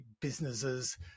businesses